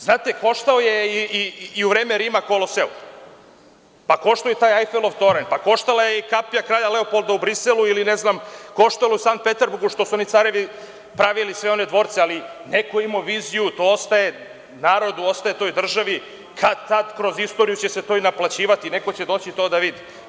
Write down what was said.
Znate, koštao je i u vreme Rima Koloseum , koštao je i taj Ajfelov toranj, koštala je i Kapija kralja Leopolda u Briselu ili u Sankt Peterburgu što su oni carevi pravili sve one dvorce, ali neko je imao viziju da to ostaje narodu, državi i kad-tad će se kroz istoriju to i naplaćivati, jer neko će doći to da vidi.